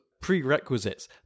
prerequisites